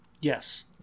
Yes